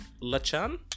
lachan